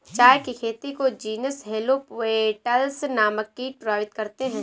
चाय की खेती को जीनस हेलो पेटल्स नामक कीट प्रभावित करते हैं